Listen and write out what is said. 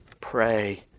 Pray